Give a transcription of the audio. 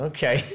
Okay